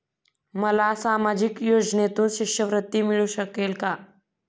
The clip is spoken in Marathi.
मला सामाजिक योजनेतून शिष्यवृत्ती मिळू शकेल का?